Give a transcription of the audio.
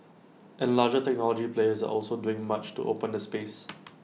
and larger technology players are also doing much to open the space